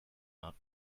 not